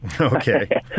Okay